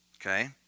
Okay